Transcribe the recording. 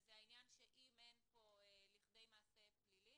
וזה העניין שאם אין כאן כדי מעשה פלילי